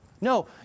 No